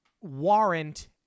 warrant